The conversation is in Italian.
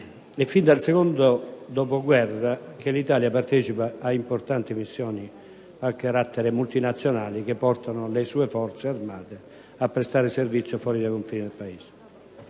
è fin dal secondo dopoguerra che l'Italia partecipa a importanti missioni a carattere multinazionale che portano le sue Forze armate a prestare servizio fuori dai confini del Paese.